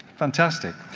fantastic.